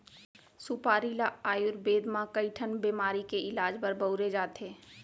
सुपारी ल आयुरबेद म कइ ठन बेमारी के इलाज बर बउरे जाथे